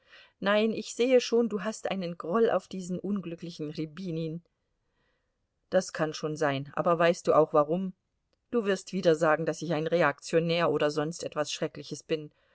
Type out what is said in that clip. nein ich sehe schon du hast einen groll auf diesen unglücklichen rjabinin das kann schon sein aber weißt du auch warum du wirst wieder sagen daß ich ein reaktionär oder sonst etwas schreckliches bin